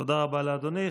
תודה רבה לאדוני.